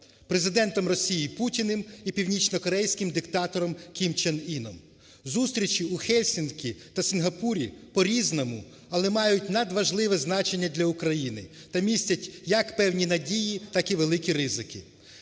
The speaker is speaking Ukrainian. Президентом Росії Путіним і північнокорейським диктатором Кім Чен Ином. Зустрічі у Гельсінкі та Сінгапурі по-різному, але мають надважливе значення для України та містять як певні надії, так і великі ризики.